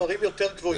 המספרים יותר גבוהים.